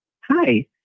Hi